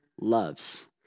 loves